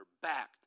back